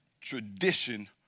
tradition